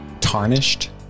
Tarnished